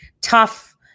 tough